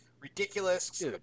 ridiculous